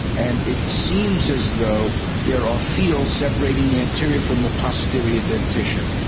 and it seems as though there are fields separating the anterior from the posterior dentition.